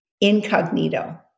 incognito